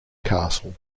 castle